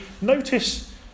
notice